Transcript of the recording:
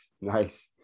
Nice